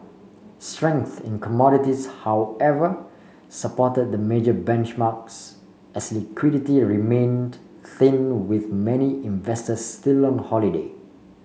strength in commodities however supported the major benchmarks as liquidity remained thin with many investors still on holiday